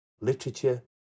literature